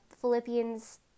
Philippians